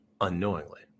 unknowingly